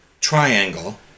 triangle